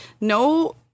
no